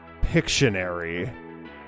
Pictionary